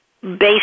based